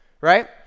Right